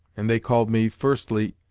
and they called me, firstly,